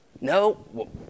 No